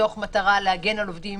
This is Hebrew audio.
במטרה להגן על עובדים